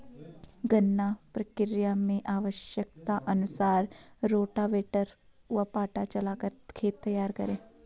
गन्ना प्रक्रिया मैं आवश्यकता अनुसार रोटावेटर व पाटा चलाकर खेत तैयार करें